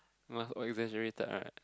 ah oh exagerrated right